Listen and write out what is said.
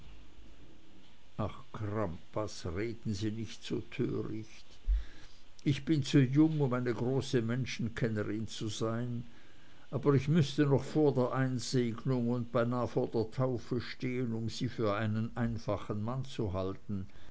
ach crampas reden sie nicht so töricht ich bin zu jung um eine große menschenkennerin zu sein aber ich müßte noch vor der einsegnung und beinah vor der taufe stehen um sie für einen einfachen mann zu halten